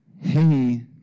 hey